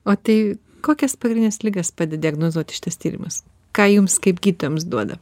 o tai kokias pagrindines ligas padeda diagnozuoti šitas tyrimas ką jums kaip gydytojams duoda